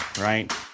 Right